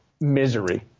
misery